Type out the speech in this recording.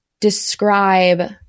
describe